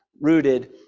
rooted